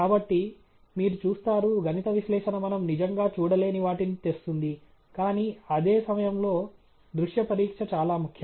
కాబట్టి మీరు చూస్తారు గణిత విశ్లేషణ మనం నిజంగా చూడలేని వాటిని తెస్తుంది కానీ అదే సమయంలో దృశ్య పరీక్ష చాలా ముఖ్యం